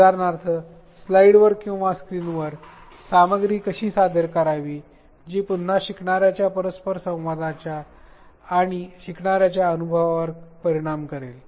उदाहरणार्थ स्लाइडवर किंवा स्क्रीनवर सामग्री कशी सादर करावी जी पुन्हा शिकणार्याच्या परस्परसंवादावर आणि शिकणाऱ्याच्या अनुभवावर परिणाम करेल